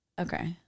Okay